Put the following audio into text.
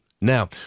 Now